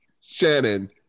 Shannon